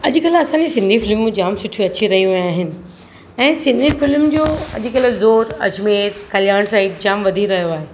अॼुकल्ह असांजी सिंधी फ़िल्मूं जामु सुठी अची रहियूं आहिनि ऐं सिंधी फिलिम जो अॼुकल्ह ज़ोरु अजमेर कल्याण साइड जामु वधी रहियो आहे